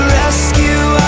rescue